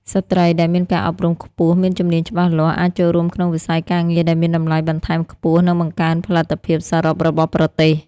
ស្ត្រីដែលមានការអប់រំខ្ពស់មានជំនាញច្បាស់លាស់ អាចចូលរួមក្នុងវិស័យការងារដែលមានតម្លៃបន្ថែមខ្ពស់ និងបង្កើនផលិតភាពសរុបរបស់ប្រទេស។